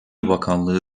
bakanlığı